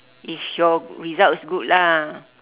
if your results good lah